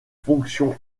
fonctions